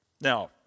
Now